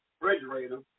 refrigerator